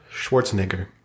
Schwarzenegger